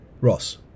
Ross